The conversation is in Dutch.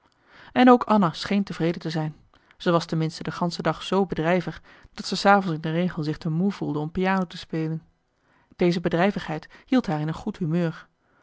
en ook anna scheen tevreden te zijn ze was ten minste de gansche dag zoo bedrijvig dat ze s avonds in de regel zich te moe voelde om piano te spelen deze bedrijvigheid hield haar in een goed humeur